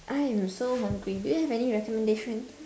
I am so hungry do you have any recommendation